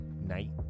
night